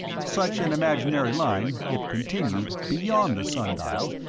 such an imaginary line, if continued beyond the sun-dial,